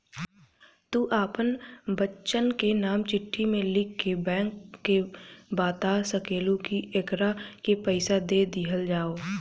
तू आपन बच्चन के नाम चिट्ठी मे लिख के बैंक के बाता सकेलू, कि एकरा के पइसा दे दिहल जाव